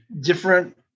different